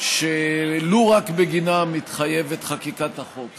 שלו רק בגינה מתחייבת חקיקת החוק.